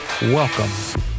Welcome